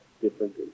different